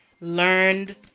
learned